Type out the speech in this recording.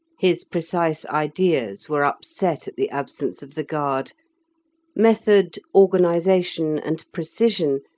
his precise ideas were upset at the absence of the guard method, organization, and precision,